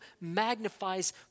magnifies